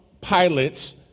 pilots